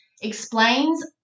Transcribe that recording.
Explains